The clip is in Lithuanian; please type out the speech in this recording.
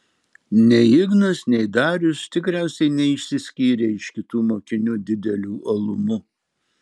nei ignas nei darius tikriausiai neišsiskyrė iš kitų mokinių dideliu uolumu